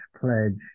pledge